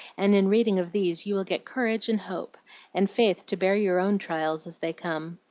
and in reading of these you will get courage and hope and faith to bear your own trials as they come.